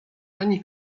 ani